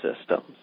systems